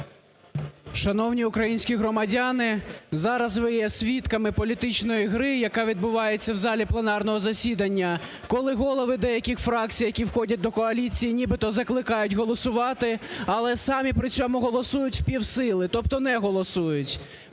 Шановні українські громадяни, зараз ви є свідками політичної гри, яка відбувається в залі пленарного засідання, коли голови деяких фракцій, які входять до коаліції, нібито закликають голосувати, але самі при цьому голосують у півсили, тобто не голосують.